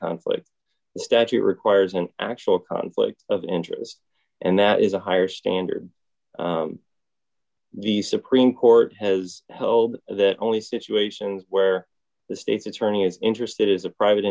conflict statute requires an actual conflict of interest and that is a higher standard the supreme court has held that only situations where the state's attorney is interested is a private